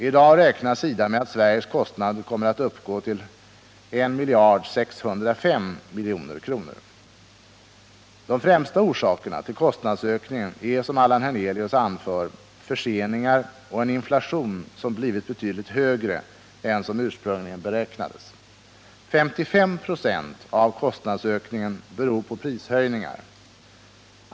I dag räknar SIDA med att Sveriges kostnader kommer att uppgå till 1 605 milj.kr. De främsta orsakerna till kostnadsökningen är, som Hernelius anför, förseningar och en inflation som blivit betydligt högre än som ursprungligen beräknades. 55 96 av kostnadsökningen beror på prishöjningar.